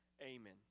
amen